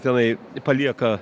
tenai palieka